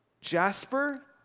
jasper